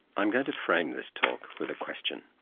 i'm going to frame this talk with a question.